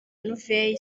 nouvelle